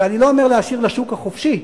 ואני לא אומר להשאיר לשוק החופשי,